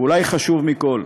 ואולי חשוב מכול,